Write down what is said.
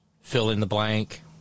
fill-in-the-blank